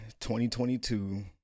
2022